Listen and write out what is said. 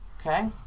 okay